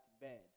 bed